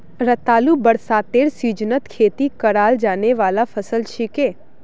रतालू बरसातेर सीजनत खेती कराल जाने वाला फसल छिके